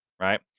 right